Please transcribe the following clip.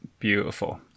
Beautiful